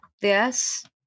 Yes